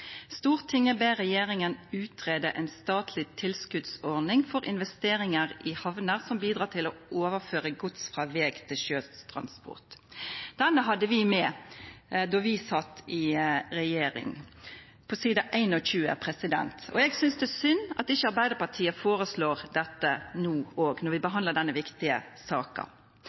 statleg tilskotsordning for investeringar i hamner som bidreg til å overføra gods frå veg til sjø. – Det hadde vi med då vi sat i regjering. Eg synest det er synd at ikkje Arbeidarpartiet føreslår dette no når vi behandlar denne viktige saka.